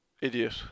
idiot